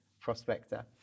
prospector